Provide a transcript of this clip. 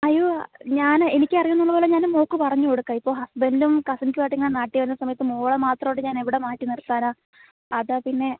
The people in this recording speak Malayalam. അയ്യോ ഞാൻ എനിക്ക് അറിയുന്നുള്ളപോലെ ഞാനും മോൾക്ക് പറഞ്ഞ് കൊടുക്കാം ഇപ്പോൾ ഹസ്ബൻറ്റും കാസിനസുമായിട്ട് ഇങ്ങനെ നാട്ടിൽ വരുന്ന സമയത്ത് മോളെ മാത്രമായിട്ട് ഞാൻ എവിടെ മാറ്റി നിർത്താനാ അതാ പിന്നെ